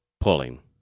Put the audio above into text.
pulling